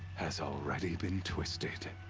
has already been twisted.